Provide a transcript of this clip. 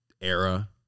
era